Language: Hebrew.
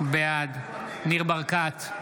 בעד ניר ברקת,